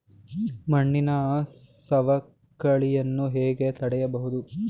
ಮಣ್ಣಿನ ಸವಕಳಿಯನ್ನು ಹೇಗೆ ತಡೆಯಬಹುದು?